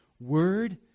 Word